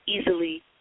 easily